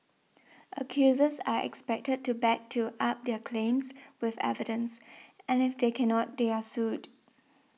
accusers are expected to back to up their claims with evidence and if they cannot they are sued